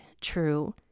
true